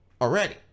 already